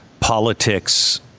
Politics